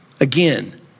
Again